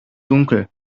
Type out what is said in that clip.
dunkel